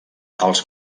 als